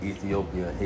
Ethiopia